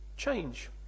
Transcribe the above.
change